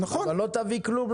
לא תביא כלום,